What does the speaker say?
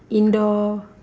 indoor